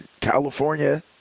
California